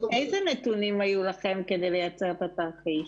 איזה נתונים היו לכם כדי לייצר את התרחיש?